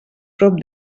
prop